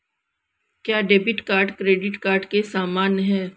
क्या debit card credit card के समान है?